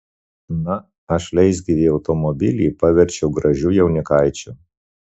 na aš leisgyvį automobilį paverčiau gražiu jaunikaičiu